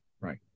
right